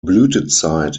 blütezeit